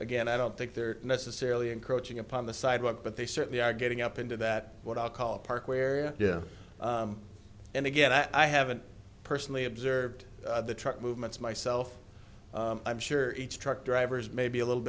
again i don't think they're necessarily encroaching upon the sidewalk but they certainly are getting up into that what i'll call a park where and again i haven't personally observed the truck movements myself i'm sure each truck drivers may be a little